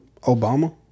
Obama